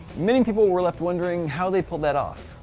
many people were left wondering how they pulled that off.